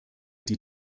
die